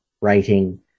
writing